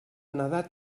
nadar